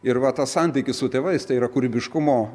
ir va tas santykis su tėvais tai yra kūrybiškumo